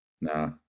Nah